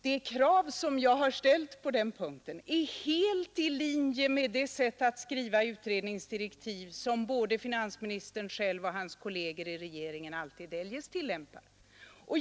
De krav som jag har ställt på den punkten ligger helt i linje med det sätt att skriva utredningsdirektiv som både finansministern själv och hans kolleger i regeringen alltid eljest tillämpar.